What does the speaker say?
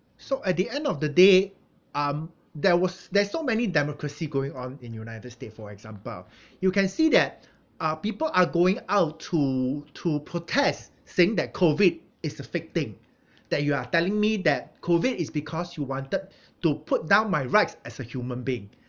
so at the end of the day um there was there's so many democracy going on in united states for example you can see that uh people are going out to to protest saying that COVID is a fake thing that you are telling me that COVID is because you wanted to put down my rights as a human being